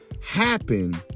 happen